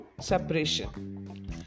separation